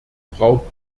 frau